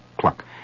cluck